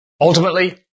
Ultimately